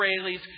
Israelis